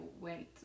went